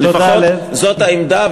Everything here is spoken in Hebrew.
זו העמדה,